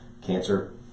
cancer